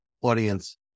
audience